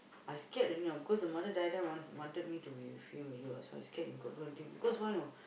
I scared already you know because the mother die die want wanted me to be with him already you know so I scared because why you know